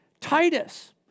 Titus